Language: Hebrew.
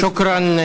שוכרן,